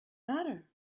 matter